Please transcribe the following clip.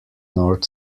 north